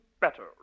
better